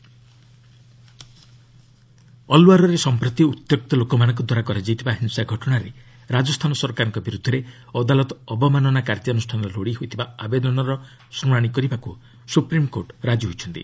SC Rajasthan ଅଲ୍ୱାର୍ରେ ସମ୍ପ୍ରତି ଉତ୍ତ୍ୟକ୍ତ ଲୋକମାନଙ୍କଦ୍ୱାରା କରାଯାଇଥିବା ହିଂସା ଘଟଣାରେ ରାଜସ୍ଥାନ ସରକାରଙ୍କ ବିରୁଦ୍ଧରେ ଅଦାଲତ ଅବମାନନା କାର୍ଯ୍ୟାନୁଷ୍ଠାନ ଲୋଡ଼ି ହୋଇଥିବା ଆବେଦନର ଶୁଣାଣି କରିବାକୁ ସୁପ୍ରିମ୍କୋର୍ଟ ରାଜି ହୋଇଛନ୍ତି